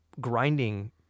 grinding